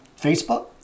Facebook